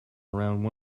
around